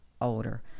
older